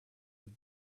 have